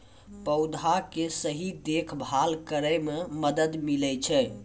पौधा के सही देखभाल करै म मदद मिलै छै